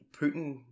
Putin